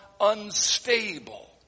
unstable